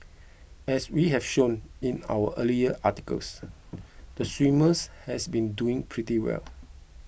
as we have shown in our earlier articles the swimmers has been doing pretty well